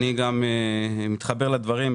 אני מתחבר לדברים,